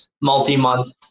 multi-month